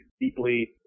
deeply